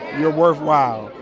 you're worthwhile,